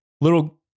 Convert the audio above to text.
Little